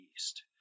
east